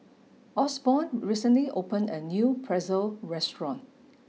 Osborn recently opened a new Pretzel restaurant